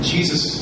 Jesus